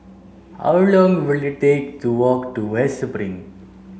how long will it take to walk to West Spring